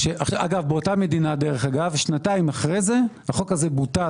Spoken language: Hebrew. אגב באותה מדינה שנתיים אחרי זה החוק הזה בוטל